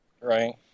Right